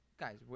Guys